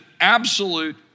absolute